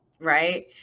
right